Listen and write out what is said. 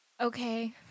Okay